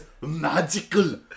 magical